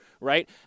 right